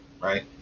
right